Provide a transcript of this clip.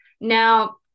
Now